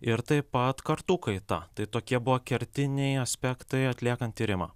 ir taip pat kartų kaita tai tokie buvo kertiniai aspektai atliekant tyrimą